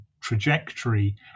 trajectory